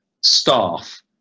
staff